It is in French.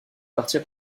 partir